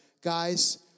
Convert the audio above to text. Guys